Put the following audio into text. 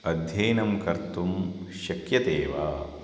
अध्ययनं कर्तुं शक्यते वा